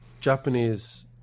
Japanese